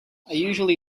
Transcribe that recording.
usually